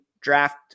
draft